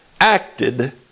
acted